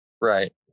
Right